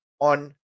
on